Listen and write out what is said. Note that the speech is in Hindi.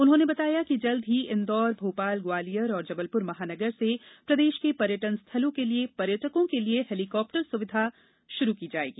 उन्होंने बताया कि जल्द ही इंदौर भोपाल ग्वालियर और जबलपुर महानगर से प्रदेश के पर्यटन स्थलों के लिये पर्यटकों के लिये हेलीकाप्टर सुविधा शीघ्र शुरू की जाएगी